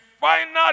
final